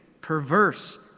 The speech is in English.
perverse